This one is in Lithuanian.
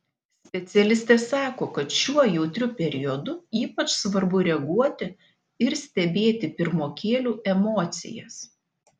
specialistė sako kad šiuo jautriu periodu ypač svarbu reaguoti ir stebėti pirmokėlių emocijas